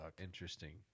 Interesting